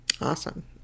Awesome